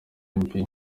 mbi